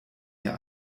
hier